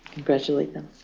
congratulate them.